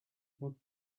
not